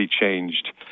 changed